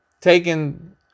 taken